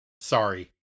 Sorry